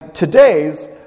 Today's